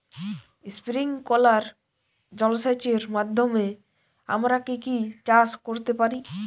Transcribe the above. Sprinkler জলসেচের মাধ্যমে আমরা কি কি চাষ করতে পারি?